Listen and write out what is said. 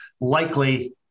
likely